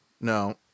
no